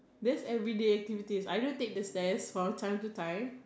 that's everyday activities I do take the stairs from time to time